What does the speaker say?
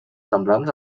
semblants